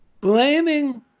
Blaming